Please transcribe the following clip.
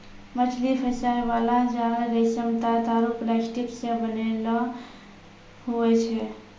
मछली फसाय बाला जाल रेशम, तात आरु प्लास्टिक से बनैलो हुवै छै